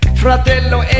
fratello